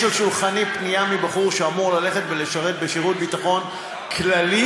יש על שולחני פנייה מבחור שאמור ללכת ולשרת בשירות ביטחון כללי,